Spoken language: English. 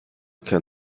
can